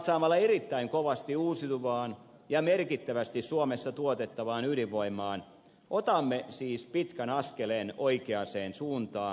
satsaamalla erittäin kovasti uusiutuvaan energiaan ja merkittävästi suomessa tuotettavaan ydinvoimaan otamme siis pitkän askeleen oikeaan suuntaan